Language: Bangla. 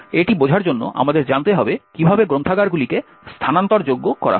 এটি বোঝার জন্য আমাদের জানতে হবে কিভাবে গ্রন্থাগারগুলিকে স্থানান্তরযোগ্য করা হয়